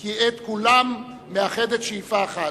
כי את כולם מאחדת שאיפה אחת,